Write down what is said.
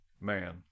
man